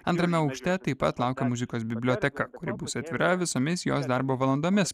antrame aukšte taip pat laukia muzikos biblioteka kuri bus atvira visomis jos darbo valandomis